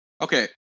Okay